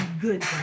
good